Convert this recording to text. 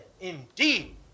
indeed